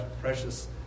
precious